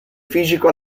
fisico